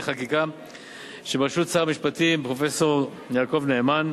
חקיקה שבראשות שר המשפטים פרופסור יעקב נאמן,